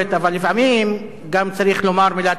אבל לפעמים גם צריך לומר מלה טובה.